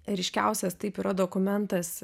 ryškiausias taip yra dokumentas